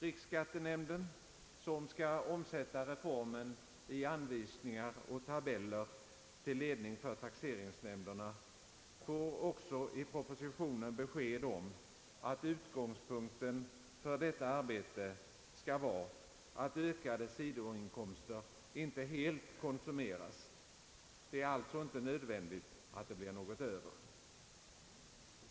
Riksskattenämnden, som skall omsätta reformen i anvisningar och tabeller till ledning för taxeringsnämnderna, får också i propositionen besked om att utgångspunkten för detta arbete skall vara att ökade sidoinkomster inte helt konsumeras. Det är alltså inte nödvändigt att det blir något över.